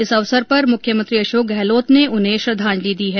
इस अवसर मुख्यमंत्री अशोक गहलोत ने उन्हें श्रद्वांजलि दी है